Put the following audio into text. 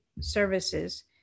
services